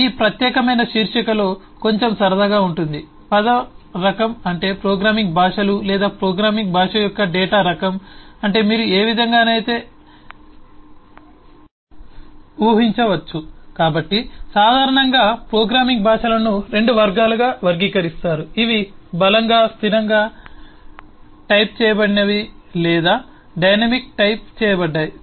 ఈ ప్రత్యేకమైన శీర్షికలో కొంచెం సరదాగా ఉంటుంది పదం రకం అంటే ప్రోగ్రామింగ్ భాషలు లేదా ప్రోగ్రామింగ్ భాష యొక్క డేటా రకం అంటే మీరు ఏ విధంగానైనా ఉహించవచ్చు కాబట్టి సాధారణంగా ప్రోగ్రామింగ్ భాషలను 2 వర్గాలుగా వర్గీకరిస్తారు ఇవి బలంగా స్థిరంగా టైప్ చేయబడినవి లేదా డైనమిక్ టైప్ చేయబడ్డాయి